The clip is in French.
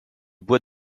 bois